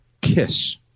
Kiss